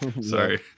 Sorry